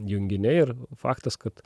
junginiai ir faktas kad